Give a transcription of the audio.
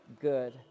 good